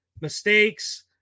mistakes